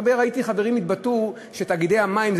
ראיתי הרבה חברים שהתבטאו שתאגידי המים זה